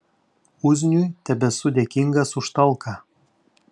uzniui tebesu dėkingas už talką